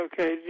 Okay